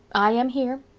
i am here.